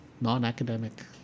non-academic